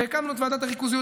והקמנו את ועדת הריכוזיות,